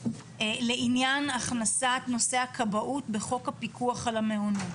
לעניין הכנסת נושא הכבאות בחוק הפיקוח על המעונות.